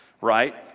right